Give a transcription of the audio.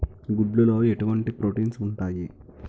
గుడ్లు లో ఎటువంటి ప్రోటీన్స్ ఉంటాయి?